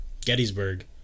Gettysburg